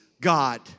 God